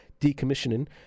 decommissioning